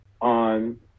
on